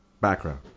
background